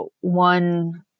one